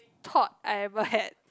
thought I ever had